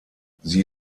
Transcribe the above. sie